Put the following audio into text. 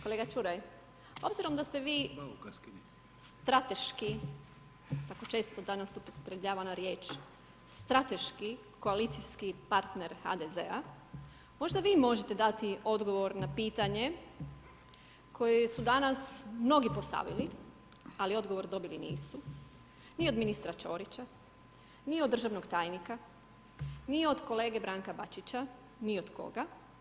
Kolega Čuraj, obzirom da ste vi strateški tako često danas upotrebljavana riječ, strateški koalicijski partner HDZ-a, možda vi možete dati odgovor na pitanje koje su danas mnogi postavili, ali odgovor dobili nisu ni od ministra Ćorića, ni od državnog tajnika, ni od kolege Branka Bačića, ni od koga.